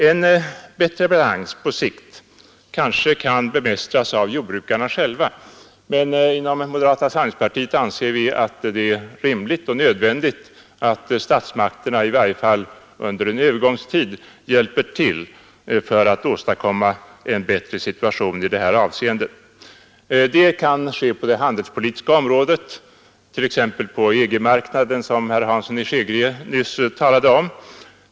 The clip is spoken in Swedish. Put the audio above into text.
En bättre balans på sikt kanske kan åstadkommas av jordbrukarna själva, men inom moderata samlingspartiet anser vi att det är rimligt och nödvändigt att statsmakterna i varje fall under en övergångstid hjälper till att åstadkomma en bättre situation i detta avseende. Det kan ske på det handelspolitiska området, t.ex. på EG-marknaden, som herr Hansson i Skegrie nyss talade om.